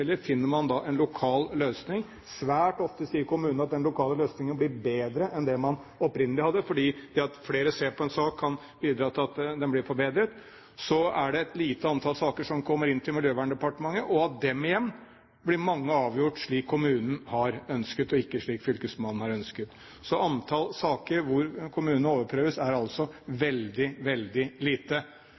finner man da en lokal løsning. Svært ofte sier kommunene at den lokale løsningen blir bedre enn den man opprinnelig hadde, for det at flere ser på en sak, kan bidra til at den blir forbedret. Så er det et lite antall saker som kommer inn til Miljøverndepartementet, og av dem igjen blir mange avgjort slik kommunen har ønsket og ikke slik fylkesmannen har ønsket. Antallet saker hvor kommunene overprøves, er altså veldig lite.